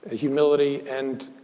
humility, and